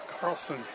Carlson